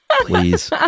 Please